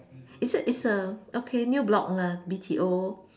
is it is a okay new block lah B_T_O